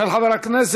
של חבר הכנסת